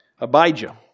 Abijah